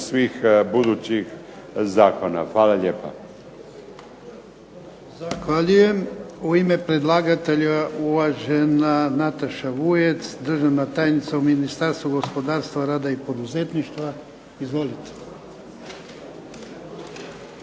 svih budućih zakona. Hvala lijepa.